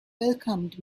welcomed